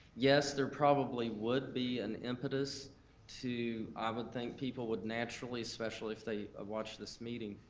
yes, there probably would be an impetus to, i would think people would naturally, especially if they watch this meeting,